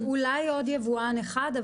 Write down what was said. אולי על עוד יבואן אחד,